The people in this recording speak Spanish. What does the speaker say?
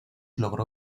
logró